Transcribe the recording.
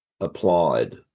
applied